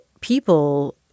people